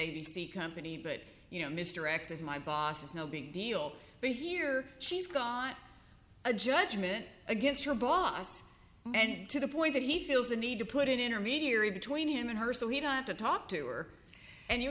c company but you know mr x is my boss is no big deal but here she's gone a judgment against her boss and to the point that he feels the need to put an intermediary between him and her so he don't have to talk to or and you